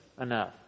enough